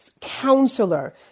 counselor